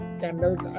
candles